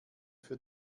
für